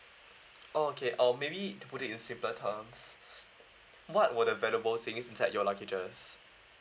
oh okay um maybe to put it in simpler terms what were the valuable things inside your luggages